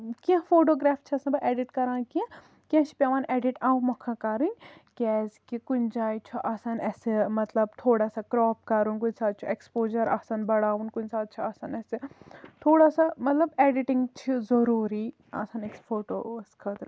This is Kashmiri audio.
کینٛہہ فوٹو گراف چھَس نہٕ بہٕ ایٚڈِٹ کَران کینٛہہ کینٛہہ چھِ پیٚوان ایٚڈِٹ اَوٕ مۄکھَن کَرٕنۍ کیازکہِ کُنہ جایہِ چھُ آسان اَسہِ مَطلَب تھوڑا سا کراپ کَرُن کُنہ ساتہٕ چھُ ایٚکسپوجَر آسان بَڑاوُن کُنہ ساتہٕ چھُ آسان اَسہِ تھوڑا سا مَطلَب ایٚڈِٹِنٛگ چھِ ضوٚروٗری آسان فوٹووَس خٲطرٕ